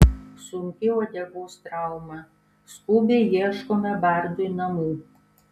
sunki uodegos trauma skubiai ieškome bardui namų